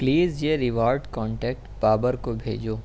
please یہ reward contact Babar کو بھیجو